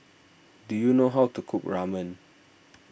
do you know how to cook Ramen